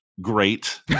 great